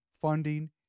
funding